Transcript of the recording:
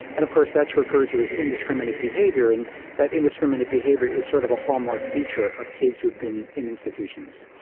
and of course that's referred to as indiscriminate behaviour, and that indiscriminate behaviour is sort of a hallmark feature of kids who have been in institutions.